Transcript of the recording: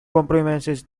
compromises